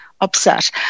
upset